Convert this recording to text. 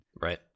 right